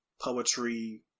poetry